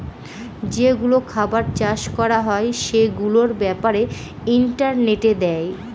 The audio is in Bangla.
যেগুলো খাবার চাষ করা হয় সেগুলোর ব্যাপারে ইন্টারনেটে দেয়